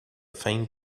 faint